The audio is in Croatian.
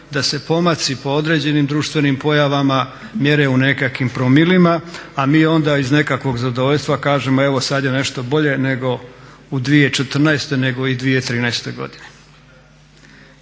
da se pomaci po određenim društvenim pojavama mjere u nekakvim promilima a mi onda iz nekakvog zadovoljstva kažemo evo sad je nešto bolje nego u 2014., nego li 2013.godine.